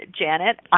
Janet